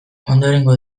ondorengo